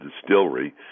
distillery